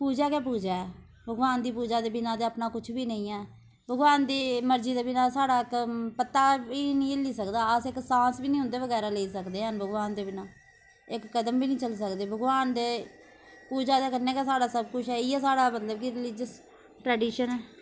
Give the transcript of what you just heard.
पूजा गै पूजा ऐ भगवान दी पूजा दे बिना ते अपना कुछ बी नेईं ऐ भगवान दी मर्ज़ी दे बिना साढ़ा इक पत्ता बी नी हिल्ली सकदा अस इक सांस बी नी उं'दे बगैरा लेई सकदे हैन भगवान दे बिना इक कदम बी नी चली सकदे भगवान दे पूजा दे कन्नै गै साढ़ा सब कुछ ऐ इ'यै साढ़ा मतलब कि साढ़ा रिलीजियस ट्रेडिशन ऐ